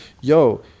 yo